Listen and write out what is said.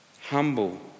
Humble